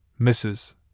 Mrs